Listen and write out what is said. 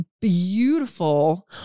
beautiful